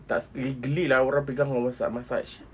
tak suka !ee! geli lah orang pegang massage massage